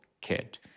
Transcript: kid